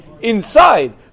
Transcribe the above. inside